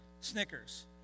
Snickers